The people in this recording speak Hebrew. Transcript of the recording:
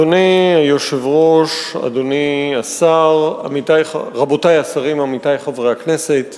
אדוני היושב-ראש, רבותי השרים, עמיתי חברי הכנסת,